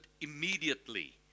immediately